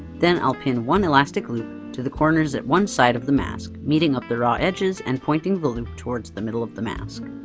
then i'll pin one elastic loop to the corners at one side of the mask, meeting up the raw edges and pointing the loop toward the middle of the mask.